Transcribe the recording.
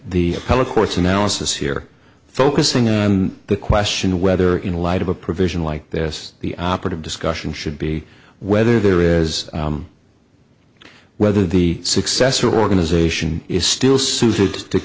appellate court's analysis here focusing on the question whether in light of a provision like this the operative discussion should be whether there is whether the successor organization is still suited to